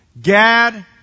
Gad